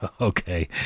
Okay